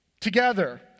Together